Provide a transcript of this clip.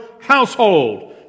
household